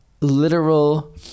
literal